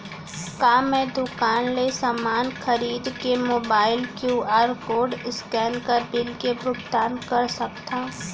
का मैं दुकान ले समान खरीद के मोबाइल क्यू.आर कोड स्कैन कर बिल के भुगतान कर सकथव?